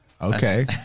Okay